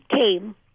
came